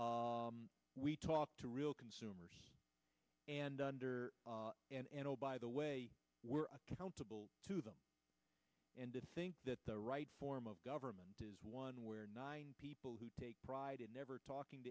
em we talk to real consumers and under and oh by the way we're accountable to them and think that the right form of government is one where nine people who take pride in never talking